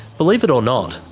believe it or not,